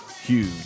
huge